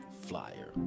flyer